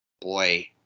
boy